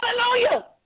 Hallelujah